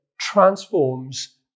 transforms